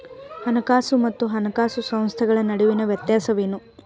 ಹಣಕಾಸು ಮತ್ತು ಹಣಕಾಸು ಸಂಸ್ಥೆಗಳ ನಡುವಿನ ವ್ಯತ್ಯಾಸವೇನು?